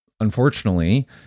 unfortunately